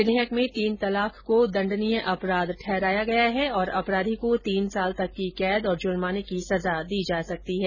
विधेयक में तीन तलाक को दण्डनीय अपराध ठहराया गया है और अपराधी को तीन साल तक की कैद और जुर्माने की सजा दी जा सकती है